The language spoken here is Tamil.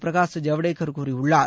பிரகாஷ் ஜவடேகர் கூறியுள்ளார்